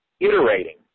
iterating